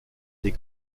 des